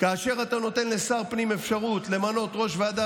כאשר אתה נותן לשר פנים אפשרות למנות ראש ועדה